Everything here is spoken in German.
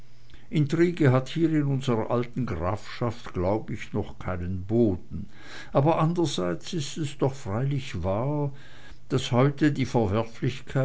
intrige hat hier in unserer alten grafschaft glaub ich noch keinen boden aber andrerseits ist es doch freilich wahr daß heutzutage die